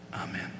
amen